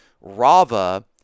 Rava